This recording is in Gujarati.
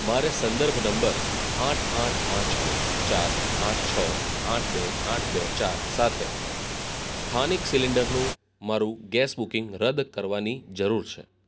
મારે સંદર્ભ નંબર આઠ આઠ પાંચ ચાર આઠ છ આઠ બે આઠ બે ચાર સાથે સ્થાનિક સિલિન્ડરનું મારું ગેસ બુકિંગ રદ કરવાની જરૂર છે